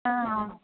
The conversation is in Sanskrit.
आम्